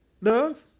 Love